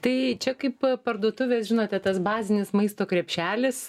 tai čia kaip parduotuvės žinote tas bazinis maisto krepšelis